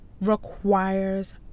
requires